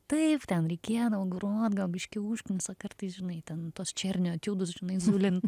taip ten reikėdavo grot gal biškį užknisa kartais žinai ten tuos černio etiudus žinai zulint